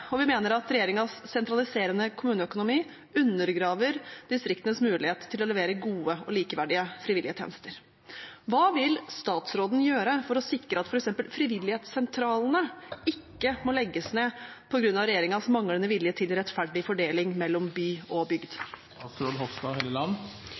og mener at regjeringens sentraliserende kommuneøkonomi undergraver distriktenes mulighet til å levere gode og likeverdige frivillige tjenester. Hva vil statsråden gjøre for å sikre at for eksempel frivilligsentralene ikke må legges ned på grunn av regjeringens manglende vilje til rettferdig fordeling mellom bygd og